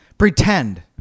pretend